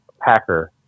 Packer